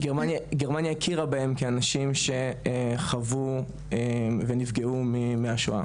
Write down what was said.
גרמניה הכירה בהם כאנשים שחוו ונפגעו מהשואה